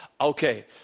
Okay